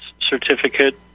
certificate